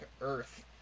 earth